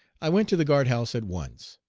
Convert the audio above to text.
i went to the guard house at once.